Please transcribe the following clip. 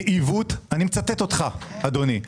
זה עיוות, ואני מצטט אותך, אדוני.